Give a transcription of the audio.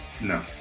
no